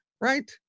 right